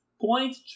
point